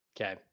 Okay